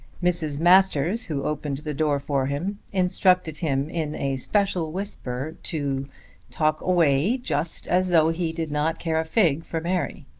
mrs. masters who opened the door for him instructed him in a special whisper to talk away just as though he did not care a fig for mary.